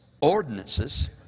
ordinances